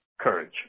Courage